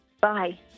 Bye